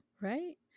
Right